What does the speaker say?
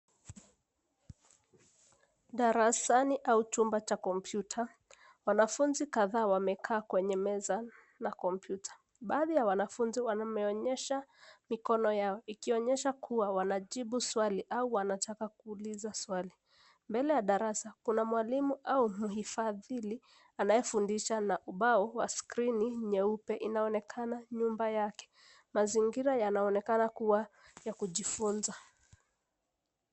Darasani au chumba cha kompyuta, wanafunzi kadhaa wamekaa kwenye meza na kompyuta. Baadhi ya wanafunzi wameonyesha mikono yao ikionyesha kuwa wanajibu swali au wanawanataka kuuliza swali. Mbele kuna mwalimu au mhifadhiri anayefundisha na ubao wa scrini nyeupe inaonekana nyuma yake. Mazingira yanaonekana kuwa ya kujifunza.